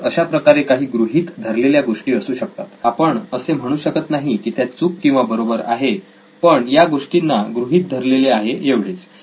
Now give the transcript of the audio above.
तर अशाप्रकारे काही गृहीत धरलेल्या गोष्टी असू शकतात आपण असे म्हणू शकत नाही की त्या चूक किंवा बरोबर आहे पण या गोष्टींना गृहीत धरलेले आहे एवढेच